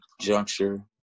juncture